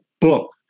book